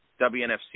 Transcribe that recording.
WNFC